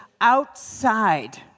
outside